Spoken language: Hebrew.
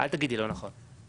אל תגידי לא נכון.